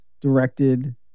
directed